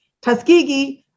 Tuskegee